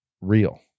real